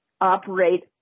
operate